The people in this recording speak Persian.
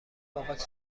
باهات